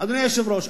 אדוני היושב-ראש.